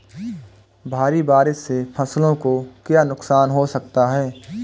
भारी बारिश से फसलों को क्या नुकसान हो सकता है?